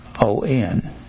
O-N